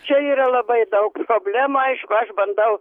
čia yra labai daug problemų aišku aš bandau